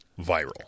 viral